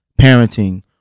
parenting